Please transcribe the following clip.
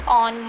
on